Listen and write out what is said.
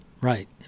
Right